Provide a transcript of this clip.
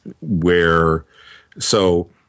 where—so